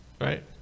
right